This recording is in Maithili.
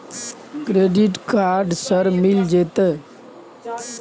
क्रेडिट कार्ड सर मिल जेतै?